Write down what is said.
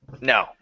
No